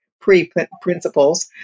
pre-principles